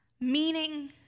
meaning